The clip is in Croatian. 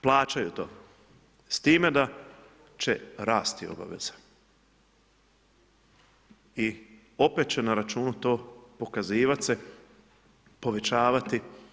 Plaćaju to s time da će rasti obaveze i opet će na računu to pokazivat se, povećavati.